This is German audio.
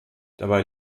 dabei